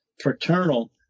fraternal